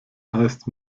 heißt